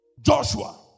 Joshua